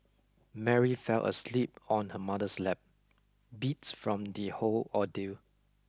Mary fell asleep on her mother's lap beats from the whole ordeal